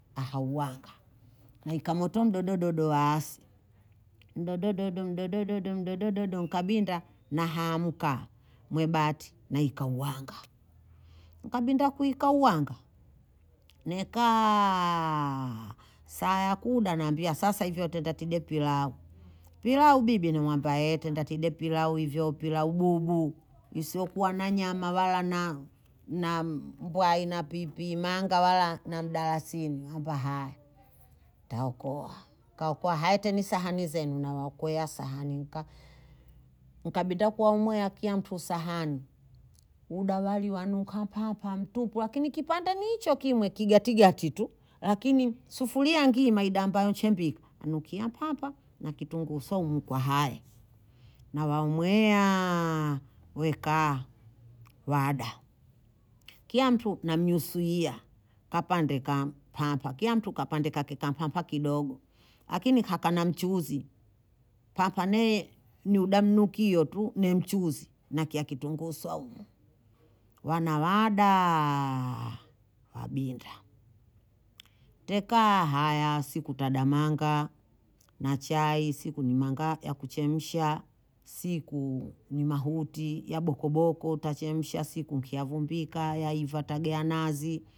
Ahawanga na ikamotomdo dodo dodo asi, mdodo dodo mdodo dodo mdodo dodo nkabinda nahamka mwebati nikuhanga kabinda kuika uhanga? nekaaa saa yakuda sasa hivi natenda tide pilau, pilau bibi namuambia tenda teda pilau ivo pilau bubuu, isiokua na nyama wana na- mbwai pipili manga wala na mdalasini namba ha takohoa ha heteni sahani zenu, nawakwea sahani nka- nkabinda kuhumwea kila mtusahani. udawali wanuka papa mtupu lakini kipande kihiche kimwe kigati gati tu lakini sufuria ngimba igamba nchimbiku nanukia papa nakitunguu swaumu kwa haya nawamweaa we kaa waada kiya mtu na msuiya kapande kampapa kila mtu kapande kake ka papa kidogo lakini hakana mchuuzi papane niudamnukio tu ni mchuzi nakia kitunguu swaumu wana waadaaaa kabinda teka hayaa siku tadamnga na chai, siku ni manga yakuchemsha siku ni mahuti ya boko boko tachemsha siku niki yagumbika tagea nazi